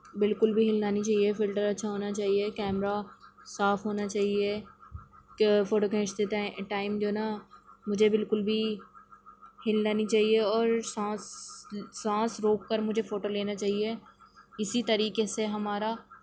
بالکل بھی ہلنا نہیں چاہیے فلٹر اچھا ہونا چاہیے کیمرہ صاف ہونا چاہیے کہ فوٹو کھینچتے ٹائی ٹائم جو ہے نا مجھے بالکل بھی ہلنا نہیں چاہیے اور سانس سانس روک کر مجھے فوٹو لینا چاہیے اِسی طریقے سے ہمارا